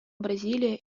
бразилия